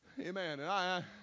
Amen